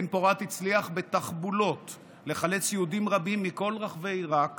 בן-פורת הצליח בתחבולות לחלץ יהודים רבים מכל רחבי עיראק